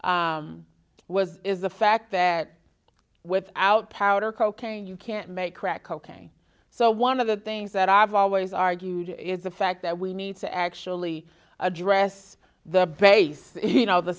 with is the fact that without power cocaine you can't make crack cocaine so one of the things that i've always argued it's a fact that we need to actually address the base you know the